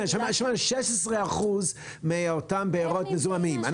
שנייה, שמענו ש-16 אחוז מאותן בארות מזוהמים.